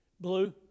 Blue